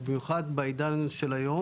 במיוחד בעידן הנוכחי.